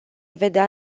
vedea